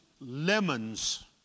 lemons